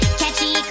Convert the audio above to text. catchy